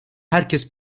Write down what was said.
herkes